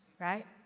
Right